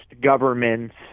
governments